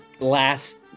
last